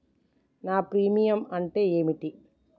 నా ప్రీమియం అంటే ఏమిటి?